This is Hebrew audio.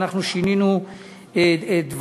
ואנחנו שינינו דברים.